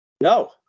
No